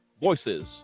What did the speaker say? voices